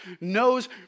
Knows